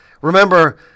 Remember